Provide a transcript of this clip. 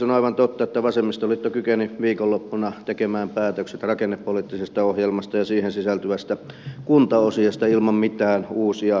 on aivan totta että vasemmistoliitto kykeni viikonloppuna tekemään päätökset rakennepoliittisesta ohjelmasta ja siihen sisältyvästä kuntaosiosta ilman mitään uusia talouslukuja